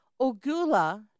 ogula